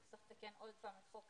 היא תצטרך לתקן עוד פעם את החוק.